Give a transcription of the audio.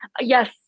Yes